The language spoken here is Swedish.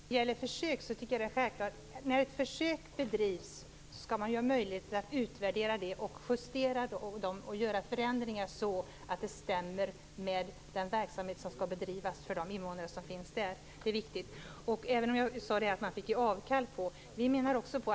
Herr talman! När en försöksverksamhet bedrivs skall det självfallet finnas möjligheter att göra en utvärdering, en justering och förändringar så att det hela stämmer överens med den verksamhet som skall bedrivas för invånarna i regionen. Detta är viktigt. Jag sade att man fick ge avkall på saker.